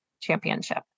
championship